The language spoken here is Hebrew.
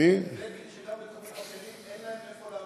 גם בתחומים אחרים, אין להם איפה לעבוד.